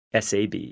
SAB